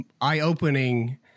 eye-opening